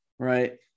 Right